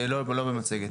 לא מציגים את זה במצגת,